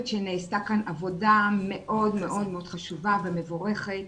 שנעשתה כאן עבודה מאוד מאוד חשובה ומבורכת.